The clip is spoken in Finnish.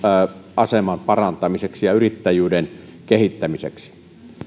aseman parantamiseksi ja yrittäjyyden kehittämiseksi